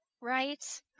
Right